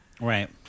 Right